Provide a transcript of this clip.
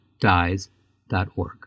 dies.org